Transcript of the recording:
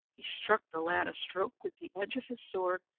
he struck the lad a stroke with the edge of his sword,